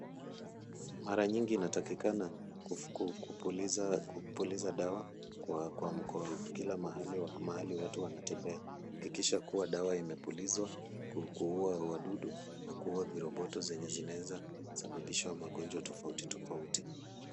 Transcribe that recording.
Mara nyingi inatakikana kupuliza dawa kwa mkono, kila mahali watu wanatembea. Hakikisha kuwa dawa imepulizwa kuua wadudu na kuua viroboto zenye zinaeza sababisha magonjwa tofauti tofauti.